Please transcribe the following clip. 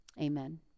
Amen